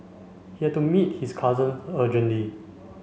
he had to meet his cousin urgently